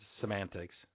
semantics